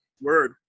Word